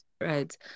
right